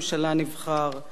גיבור ישראל,